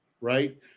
Right